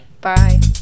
Bye